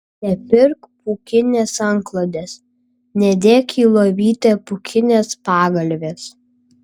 nepirk pūkinės antklodės nedėk į lovytę pūkinės pagalvės